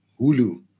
hulu